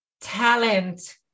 Talent